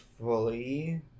fully